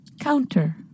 counter